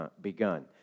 begun